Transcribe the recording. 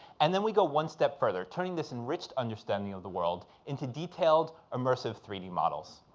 and then we go one step further, turning this enriched understanding of the world into detailed immersive three d models.